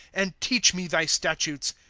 and teach me thy statutes.